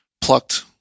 plucked